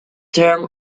term